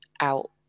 out